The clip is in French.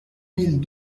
mille